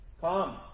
Come